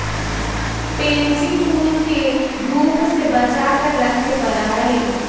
pansy फूल के धूप से बचा कर रखे पड़ा हई